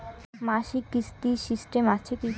মাসিক কিস্তির সিস্টেম আছে কি?